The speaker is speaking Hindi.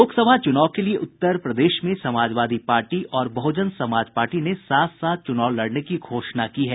लोकसभा चुनाव के लिए उत्तर प्रदेश में समाजवादी पार्टी और बहुजन समाज पार्टी ने साथ साथ चुनाव लड़ने की घोषणा की है